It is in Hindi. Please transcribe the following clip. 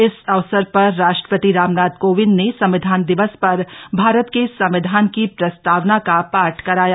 इस अवसर पर राष्ट्रपति रामनाथ कोविंद ने संविधान दिवस पर भारत के संविधान की प्रस्तावना का पाठ कराया